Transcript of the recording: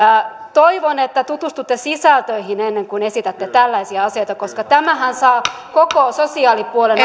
toivon että tutustutte sisältöihin ennen kuin esitätte tällaisia asioita koska tällaiset lausunnothan saavat koko sosiaalipuolen